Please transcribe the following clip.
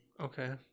Okay